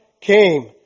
came